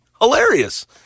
hilarious